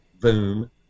boom